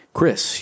Chris